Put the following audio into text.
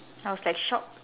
I was like shocked